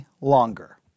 Longer